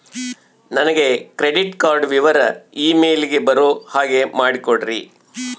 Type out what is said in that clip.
ನನಗೆ credit card ವಿವರ email ಗೆ ಬರೋ ಹಾಗೆ ಮಾಡಿಕೊಡ್ರಿ?